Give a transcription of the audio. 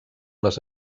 les